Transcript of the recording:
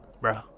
bro